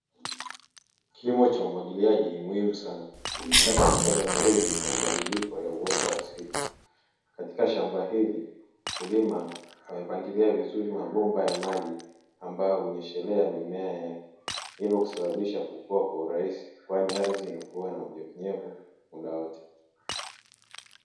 Kilimo cha umwagiliaji ni muhimu sana hasa katika zama hizi za mabadiliko ya uoto wa asili, katika shamba hili mkulima amepangilia vizuri mabomba ya maji ambayo unyeshelea mimea yake hivyo kusababisha kukua kwa urahisi, kwani ardhi inakuwa na unyevuunyevu muda wote.